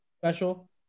special